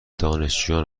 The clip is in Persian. دانشجویان